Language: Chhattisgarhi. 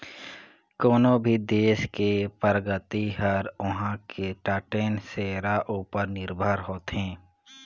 कोनो भी देस के परगति हर उहां के टटेन सेरा उपर निरभर होथे